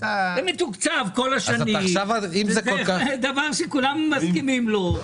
מתוקצב כל השנים, זה דבר שכולנו מסכימים לו.